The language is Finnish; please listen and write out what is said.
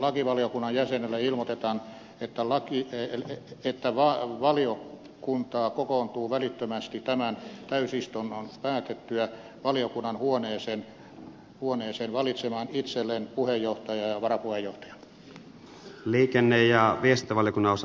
lakivaliokunnan jäsenille ilmoitetaan että laki ei riitä vaan valio valiokunta kokoontuu välittömästi tämän täysistunnon päätyttyä valiokunnan huoneeseen valitsemaan itselleen puheenjohtajan ja varapuheenjohtajan